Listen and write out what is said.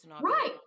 Right